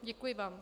Děkuji vám.